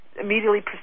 immediately